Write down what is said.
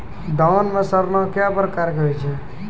धान म सड़ना कै प्रकार के होय छै?